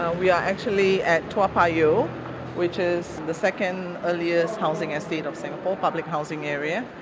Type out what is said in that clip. ah we are actually at toa payoh which is the second earliest housing estate of singapore, public housing area,